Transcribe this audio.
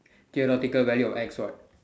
theoretical value of X what